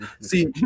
see